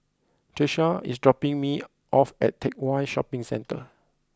Tiesha is dropping me off at Teck Whye Shopping Centre